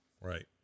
Right